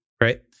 right